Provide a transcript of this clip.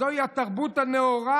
הזוהי התרבות הנאורה?